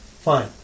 Fine